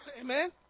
Amen